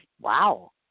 Wow